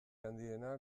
handiena